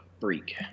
Freak